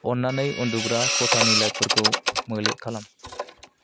अननानै उन्दुग्रा खथानि लाइटफोरखौ मोले खालाम